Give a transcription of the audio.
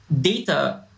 data